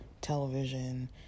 television